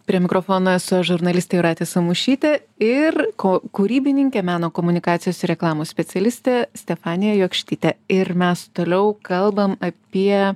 prie mikrofono esu aš žurnalistė jūratė samušytė ir ko kūrybininkė meno komunikacijos ir reklamos specialistė stefanija jokštytė ir mes toliau kalbam apie